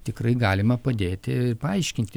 tikrai galima padėti paaiškinti